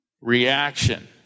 reaction